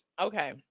Okay